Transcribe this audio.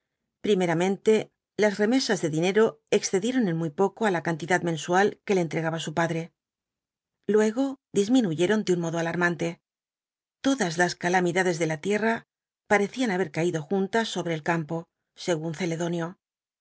primeramente las remesas de dinero excedieron en muy poco á la cantidad mensual que le enlos cuatro jinbtbs drl apocalipsis tregaba su padre luego disminuyeron de un modo alarmante todas las calamidades de la tierra parecían haber caído juntas sobre el campo según celedonio